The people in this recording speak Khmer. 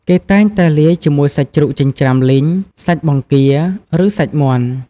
គេតែងតែលាយជាមួយសាច់ជ្រូកចិញ្ច្រាំលីង សាច់បង្គា ឬសាច់មាន់។